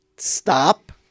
stop